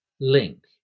link